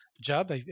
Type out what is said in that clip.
job